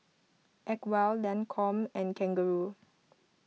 Acwell Lancome and Kangaroo